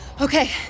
Okay